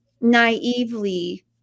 naively